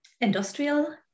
industrial